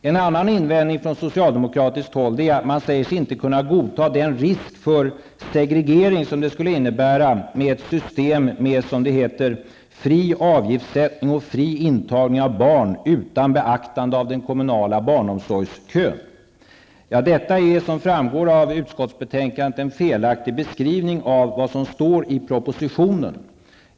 En annan invändning från socialdemokraternas håll är att de inte säger sig kunna godta den risk för segregering som det skulle innebära med att införa ett system med fri avgiftssättning och fri intagning av barn utan beaktande av den kommunala barnomsorgskön. Det är, som framgår av betänkandet, en felaktig beskrivning av vad som står i propositionen.